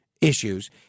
issues